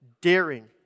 daring